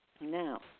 Now